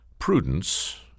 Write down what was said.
prudence